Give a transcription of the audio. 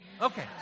Okay